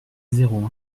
zéro